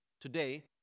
today